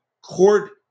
court